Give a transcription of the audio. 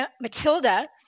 Matilda